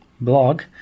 blog